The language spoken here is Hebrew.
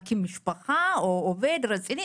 ומקים משפחה או עובד רציני,